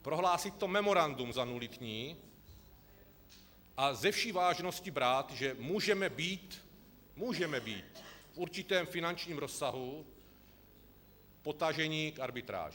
Prohlásit to memorandum za nulitní a se vší vážností brát, že můžeme být můžeme být v určitém finančním rozsahu potaženi k arbitráži.